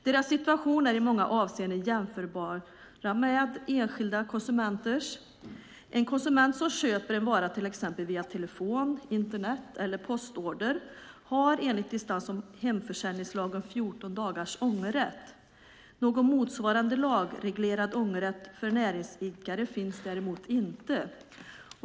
Deras situation är i många avseenden jämförbar med enskilda konsumenters. En konsument som köper en vara via telefon, Internet eller postorder har enligt distans och hemförsäljningslagen 14 dagars ångerrätt. Någon motsvarande lagreglerad ångerrätt finns inte för näringsidkare.